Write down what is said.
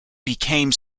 became